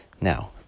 now